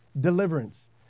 deliverance